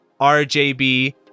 RJB